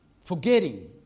forgetting